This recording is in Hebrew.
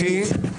כן.